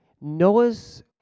Noah's